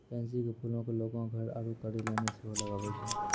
pansy के फूलो के लोगें घर आरु कार्यालय मे सेहो लगाबै छै